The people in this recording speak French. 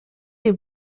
des